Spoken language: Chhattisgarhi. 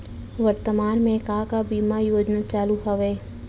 वर्तमान में का का बीमा योजना चालू हवये